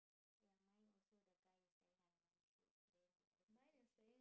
ya mine also the guy is standing I'm gonna shoot then the other picture is like